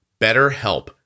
BetterHelp